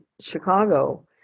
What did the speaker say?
Chicago